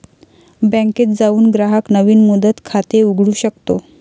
बँकेत जाऊन ग्राहक नवीन मुदत खाते उघडू शकतो